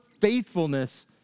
faithfulness